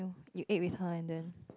you ate with her and then